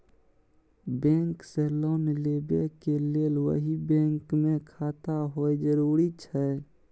Bank से loan लेबै के लेल वही बैंक मे खाता होय जरुरी छै?